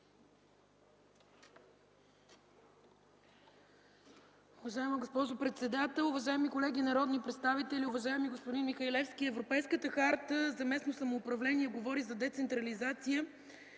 Уважаема госпожо председател, уважаеми колеги народни представители, уважаеми господин Михалевски! Европейската харта за местно самоуправление говори за децентрализация